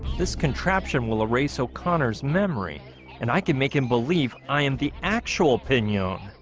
this contraption will erase o'connor's memory and i can make him believe i am the actual pin yo